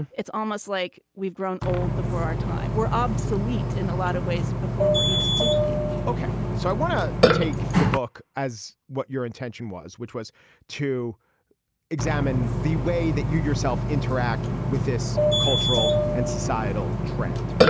it's almost like we've grown old before our time we're obsolete in a lot of ways before we're even fifty point ok. so i want to take the book as what your intention was which was to examine the way that you yourself interact with this cultural and societal trend.